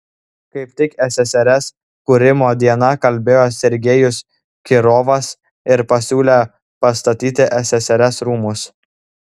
kaip tik ssrs kūrimo dieną kalbėjo sergejus kirovas ir pasiūlė pastatyti ssrs rūmus